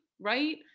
Right